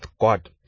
God